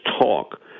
talk